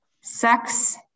sex